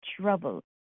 trouble